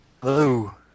Hello